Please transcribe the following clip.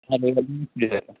হ্যাঁ রবিবার দিন ছুটি থাকে